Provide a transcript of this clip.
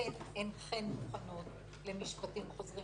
מה הסיבה שאתן אינכן מכונות למשפטים חוזרים?